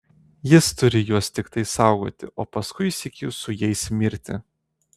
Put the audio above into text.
jis turi juos tiktai saugoti o paskui sykiu su jais mirti